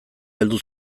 heldu